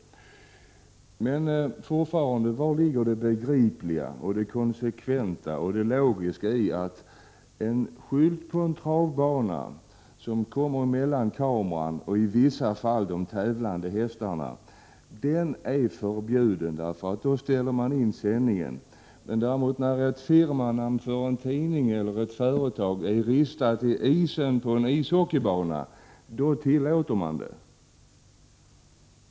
Fortfarande kvarstår frågan: Var ligger det begripliga, konsekventa och 57 logiska i att en skylt på en travbana som i vissa fall kommer emellan kameran och de tävlande hästarna är förbjuden — då ställer man in sändningen — men när däremot ett firmanamn för en tidning eller ett företag är ristat i isen på en ishockeybana tillåts utsändning?